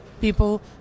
people